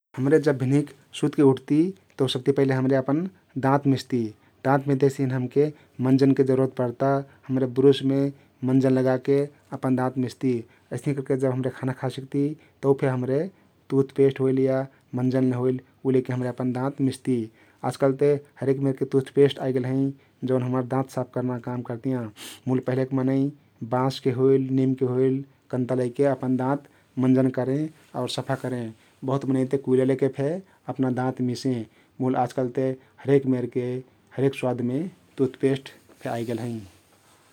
हम्रे जब भिन्हिक सुतके उठती तउ सबती पहिले हम्रे अपन दाँत मिस्ती । दाँत हमके मन्जन जरुरत पर्ता । हमरे ब्रुसमे मन्जन लागाके अपन दाँत मिस्ती । अइस्तहिं करके जब हम्रे खाना खा सिक्ती तउ फे हम्रे तुथपेष्ट होइल या मन्जन होइल उ लैके हम्रे अपन दाँत मिस्ती । आजकल्ह ते हरेक मेरके तुथपेष्ट आइगेल हँइ जउन हम्मर दाँत साफ कर्ना काम करतियाँ । मुल पहिलेक मनै बाँसके होइल, निमके होइल कन्ता लैके अपन दाँत मन्जन करें आउर सफा करें । बहुत मनै ते कुइला लैके फे अपना दाँत मिसें । मुल आजकालते हरेक मेरके, हरेक स्वादमे तुथपेष्ट फे आइगेल हँइ ।